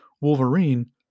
Wolverine